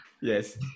yes